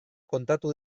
kontatu